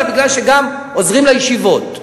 אלא מפני שגם עוזרים לישיבות,